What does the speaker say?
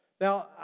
Now